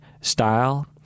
style